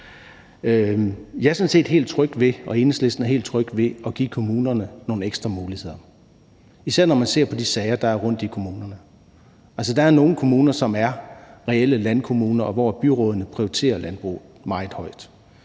Enhedslisten er helt tryg ved at give kommunerne nogle ekstra muligheder, især når man ser på de sager, der er rundt om i kommunerne. Altså, der er nogle kommuner, som er reelle landkommuner, og hvor byrådene prioriterer landbruget meget højt,